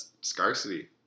scarcity